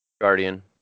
guardian